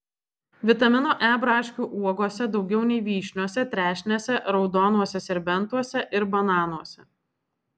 vitamino e braškių uogose daugiau nei vyšniose trešnėse raudonuose serbentuose ir bananuose